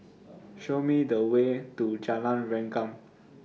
Show Me The Way to Jalan Rengkam